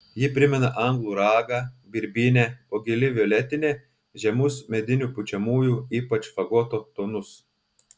ji primena anglų ragą birbynę o gili violetinė žemus medinių pučiamųjų ypač fagoto tonus